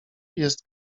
jest